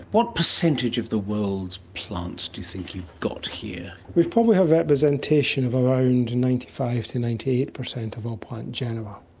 what percentage of the world's plants do you think you've got here? we probably have representation of around ninety five percent to ninety eight percent of all plant genera.